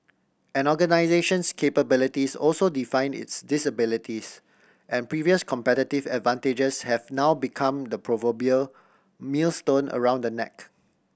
an organisation's capabilities also defined its disabilities and previous competitive advantages have now become the proverbial millstone around the neck